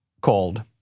called